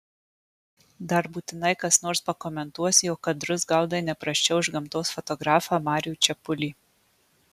dar būtinai kas nors pakomentuos jog kadrus gaudai ne prasčiau už gamtos fotografą marių čepulį